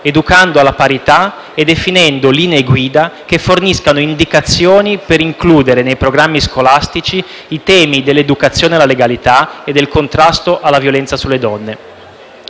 educando alla parità e definendo linee guida che forniscano indicazioni per includere nei programmi scolastici i temi dell'educazione alla legalità e del contrasto alla violenza sulle donne.